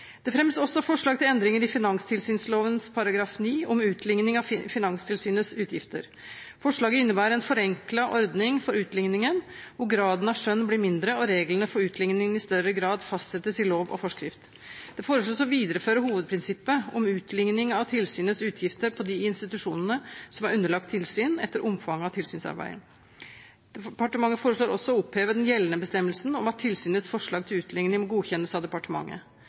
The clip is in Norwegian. Det fremmes også forslag til endringer i finanstilsynsloven § 9 om utlikning av Finanstilsynets utgifter. Forslaget innebærer en forenklet ordning for utlikningen, hvor graden av skjønn blir mindre og reglene for utligningen i større grad fastsettes i lov og forskrift. Det foreslås å videreføre hovedprinsippet om utlikning av tilsynets utgifter på de institusjonene som er underlagt tilsyn, etter omfanget av tilsynsarbeidet. Departementet foreslår også å oppheve den gjeldende bestemmelsen om at tilsynets forslag til utlikning må godkjennes av departementet.